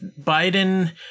Biden